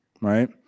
right